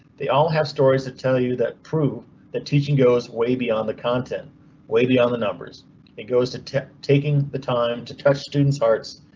they all have stories to tell you that. prove that teaching goes way beyond the content way beyond the numbers it goes to. taking the time to touch students hearts.